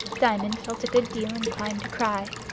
diamond felt a good deal inclined to cry,